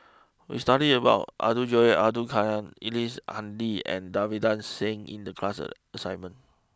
we studied about Abdul Jalil Abdul Kadir Ellice Handy and Davinder Singh in the class a assignment